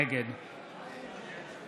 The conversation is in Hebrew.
נגד